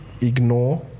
ignore